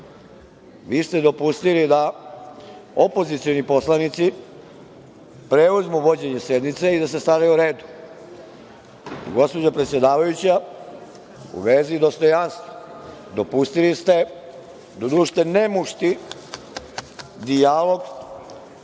Vi ste dopustili da opozicioni poslanici preuzmu vođenje sednice i da se staraju o redu. Gospođo predsedavajuća, u vezi dostojanstva, dopustili ste nemušti dijalog